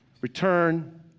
Return